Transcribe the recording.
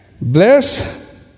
Bless